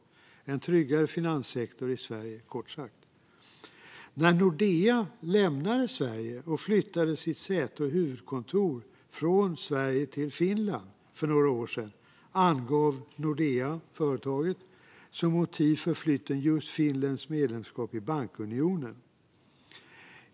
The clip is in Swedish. Det skulle bli en tryggare finanssektor i Sverige, kort sagt. När Nordea lämnade Sverige och flyttade sitt säte och huvudkontor till Finland för några år sedan angav företaget som motiv för flytten just Finlands medlemskap i bankunionen.